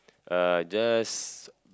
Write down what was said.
uh just